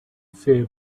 fear